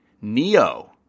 Neo